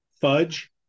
Fudge